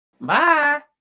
Bye